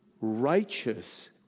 Righteous